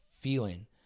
feeling